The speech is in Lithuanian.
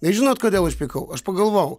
nes žinot kodėl užpykau aš pagalvojau